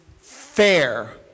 fair